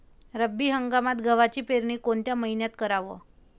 रब्बी हंगामात गव्हाची पेरनी कोनत्या मईन्यात कराव?